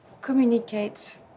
communicate